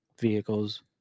vehicles